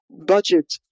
budget